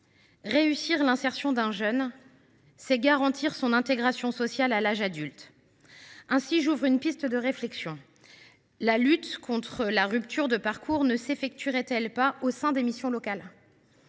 Réussir l’insertion d’un jeune, c’est garantir son intégration sociale à l’âge adulte. J’ouvre ici une piste de réflexion : la lutte contre la rupture de parcours ne s’effectuerait elle pas au sein des missions locales ?